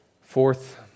Fourth